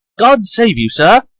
god save you, sir!